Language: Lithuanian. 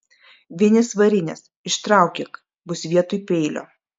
vinys varinės ištraukyk bus vietoj peilio